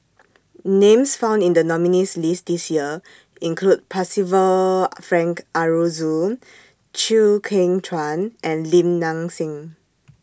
Names found in The nominees' list This Year include Percival Frank Aroozoo Chew Kheng Chuan and Lim Nang Seng